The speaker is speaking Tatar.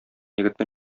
егетне